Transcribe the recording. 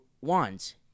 wands